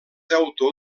autor